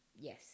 Yes